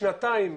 מכיר.